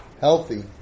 healthy